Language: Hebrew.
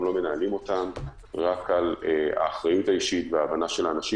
לא מנהלים אותם רק על האחריות האישית וההבנה של האנשים.